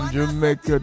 Jamaica